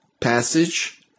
passage